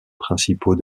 principaux